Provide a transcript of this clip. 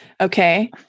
Okay